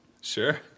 Sure